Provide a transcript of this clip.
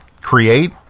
create